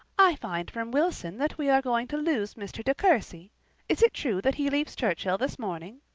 i find from wilson that we are going to lose mr. de courcy is it true that he leaves churchhill this morning?